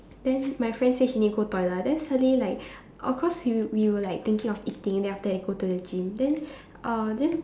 then my friend say she need go toilet then suddenly like orh cause we we were like thinking of eating then after go to the gym then uh then